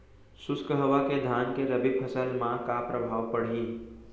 शुष्क हवा के धान के रबि फसल मा का प्रभाव पड़ही?